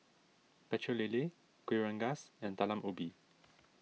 Pecel Lele Kueh Rengas and Talam Ubi